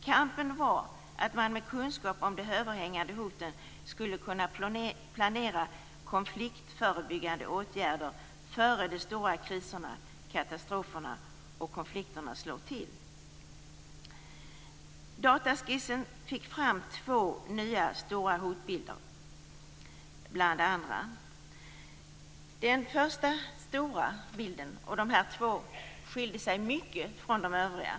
Tanken var att man med kunskap om de överhängande hoten skulle kunna planera konfliktförebyggande åtgärder innan de stora kriserna, katastroferna och konflikterna slår till. Dataskissen fick bl.a. fram två nya stora hotbilder. De här två skilde sig mycket från de övriga.